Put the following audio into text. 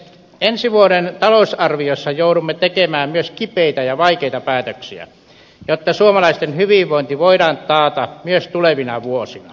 ensi vuoden talousarviossa joudumme tekemään myös kipeitä ja vaikeita päätöksiä jotta suomalaisten hyvinvointi voidaan taata myös tulevina vuosina